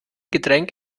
getränk